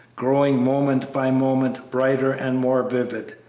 growing moment by moment brighter and more vivid.